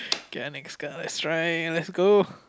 get a next card that's right let's go